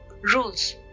Rules